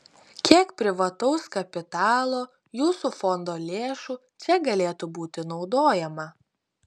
kiek privataus kapitalo jūsų fondo lėšų čia galėtų būti naudojama